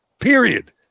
Period